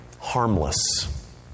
harmless